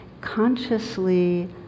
consciously